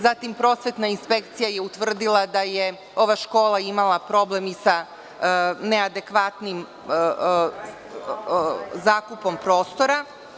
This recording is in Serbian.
Zatim, Prosvetna inspekcija je utvrdila da je ova škola imala problem sa neadekvatnim zakupom prostora.